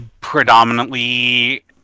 predominantly